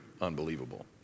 unbelievable